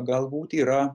galbūt yra